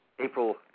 April